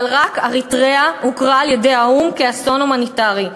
אבל רק אריתריאה הוכרה על-ידי האו"ם כאסון הומניטרי.